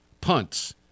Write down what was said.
punts